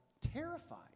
terrified